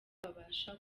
babasha